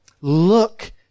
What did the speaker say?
Look